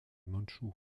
mandchous